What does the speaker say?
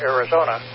Arizona